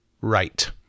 right